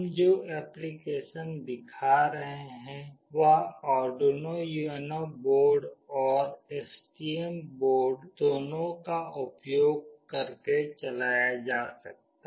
हम जो एप्लिकेशन दिखा रहे हैं वह आर्डुइनो UNO बोर्ड और STM बोर्ड दोनों का उपयोग करके चलाया जा सकता है